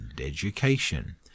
education